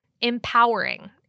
empowering